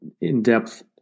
in-depth